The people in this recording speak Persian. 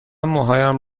موهایم